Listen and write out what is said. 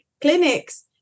clinics